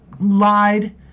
lied